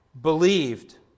believed